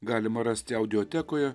galima rasti audiotekoje